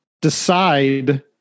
decide